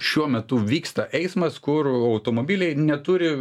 šiuo metu vyksta eismas kur automobiliai neturi